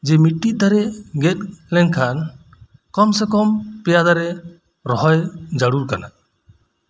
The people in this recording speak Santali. ᱡᱮ ᱢᱤᱫᱴᱤᱡ ᱫᱟᱨᱮ ᱜᱮᱫ ᱞᱮᱱᱠᱷᱟᱱ ᱠᱚᱢ ᱥᱮ ᱠᱚᱢ ᱯᱮᱭᱟ ᱫᱟᱨᱮ ᱨᱚᱦᱚᱭ ᱡᱟᱹᱨᱩᱲ ᱠᱟᱱᱟ